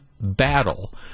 battle